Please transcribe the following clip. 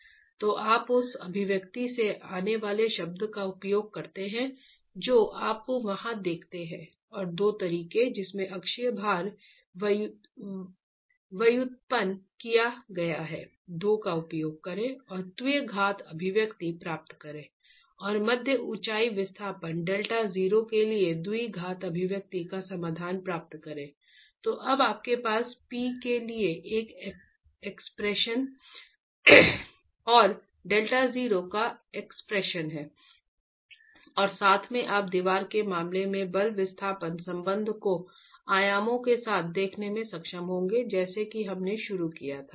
तो आप उस अभिव्यक्ति से आने वाले शब्दों का उपयोग करते हैं जो आप वहां देखते हैं और 2 तरीके जिसमें अक्षीय भार व्युत्पन्न किया गया है 2 का उपयोग करें और द्विघात अभिव्यक्ति प्राप्त करें और मध्य ऊंचाई विस्थापन Δ 0 के लिए द्विघात अभिव्यक्ति का समाधान प्राप्त करें तो अब आपके पास P के लिए एक एक्सप्रेशन और Δ 0 का एक्सप्रेशन है और साथ में आप दीवार के मामले में बल विस्थापन संबंध को आयामों के साथ देखने में सक्षम होंगे जैसा कि हमने शुरू किया था